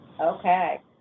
okay